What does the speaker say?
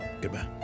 Goodbye